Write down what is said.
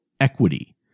equity